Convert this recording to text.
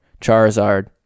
Charizard